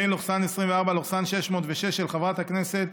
פ/606/24, של חברת הכנסת